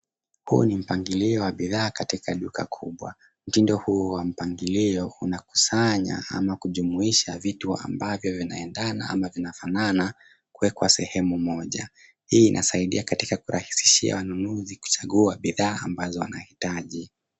Huu ni mpangilio wa bidhaa katika duka kubwa. Mtindo huu wa mpangilio unakusanya ama kujumuisha vitu ambavyo vinaendana ama vinafanana kuwekwa sehemu moja. Hii inasaidia katika kurahisishia wanunuzi kuchagua bidhaa ambazo wanahitaji.